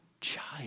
child